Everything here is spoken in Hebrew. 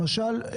למשל,